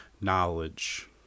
knowledge